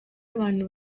abantu